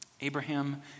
Abraham